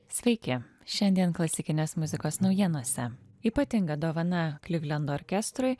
sveiki šiandien klasikinės muzikos naujienose ypatinga dovana klivlendo orkestrui